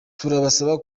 turabasaba